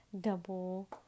double